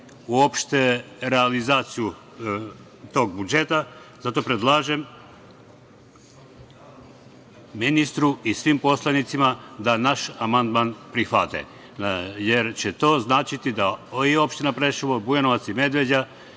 uopšte realizaciju tog budžeta. Zato predlažem ministru i svim poslanicima da naš amandman prihvate, jer će to značiti da i opština Preševo, Bujanovac i Medveđa